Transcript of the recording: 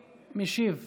מנגנון שבת למשאבת מים),